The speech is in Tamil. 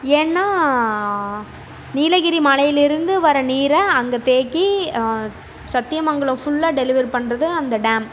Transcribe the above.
ஏன்னால் நீலகிரி மலையிலேருந்து வர நீரை அங்கே தேக்கி சத்தியமங்கலம் ஃபுல்லாக டெலிவரி பண்ணுறது அந்த டேம்